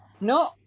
No